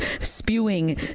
spewing